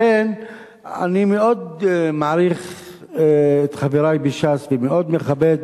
לכן אני מאוד מעריך את חברי מש"ס, מאוד מכבד